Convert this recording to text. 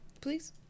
Please